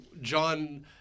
John